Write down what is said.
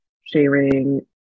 sharing